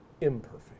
imperfect